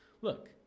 Look